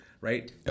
Right